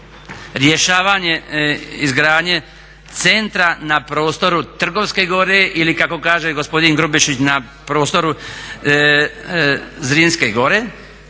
rješavanje izgradnje centra na prostoru Trgovske gore ili kako kaže gospodin Grubišić na prostoru Zrinske gore.